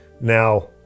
now